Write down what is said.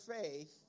faith